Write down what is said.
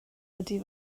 ydy